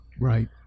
Right